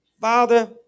Father